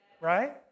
Right